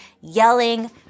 yelling